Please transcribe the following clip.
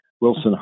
Wilson